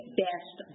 best